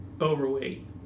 overweight